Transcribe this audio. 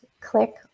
click